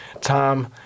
Tom